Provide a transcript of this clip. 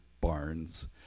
barns